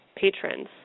patrons